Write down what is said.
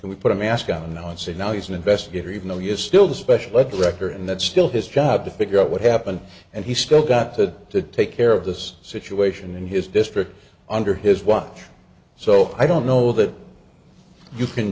can we put a mask on now and signal he's an investigator even though he is still the special ed director and that's still his job to figure out what happened and he's still got to take care of this situation in his district under his watch so i don't know that you can